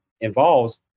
involves